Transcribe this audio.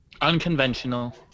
unconventional